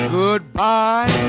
goodbye